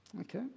okay